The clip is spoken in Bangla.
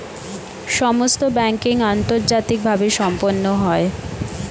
সমস্ত ব্যাংকিং আন্তর্জাতিকভাবে সম্পন্ন হয়